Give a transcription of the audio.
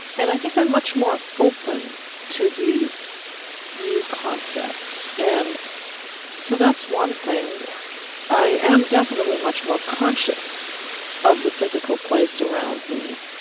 and i think i'm much more open to these new concepts. and so that's one thing i am definitely much more conscious of the physical place around me.